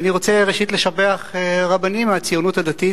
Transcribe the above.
אני רוצה, ראשית, לשבח רבנים מהציונות הדתית,